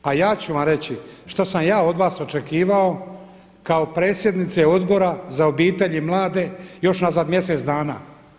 A ja ću vam reći što sam ja od vas očekivao kao predsjednice Odbora za obitelj i mlade još nazad mjesec dana.